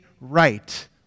right